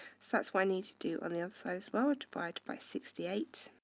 so that's what i need to do on the other side as well, divide by sixty eight,